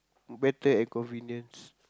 better and convenience